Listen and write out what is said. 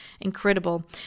incredible